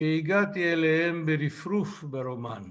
‫הגעתי אליהם ברפרוף ברומן.